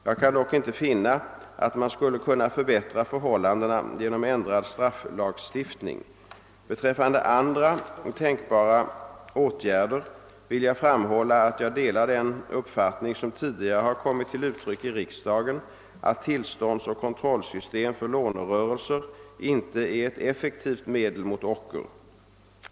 Jag kan dock inte finna att man skulle kunna förbättra förhållandena genom ändrad strafflagstiftning. Beträffande andra tänkbara åtgärder vill jag framhålla, att jag delar den uppfattning som tidigare har kommit till uttryck i riksdagen att tillståndsoch kontrollsystem för lånerörelser inte är ett effektivt medel mot ocker.